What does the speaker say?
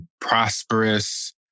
prosperous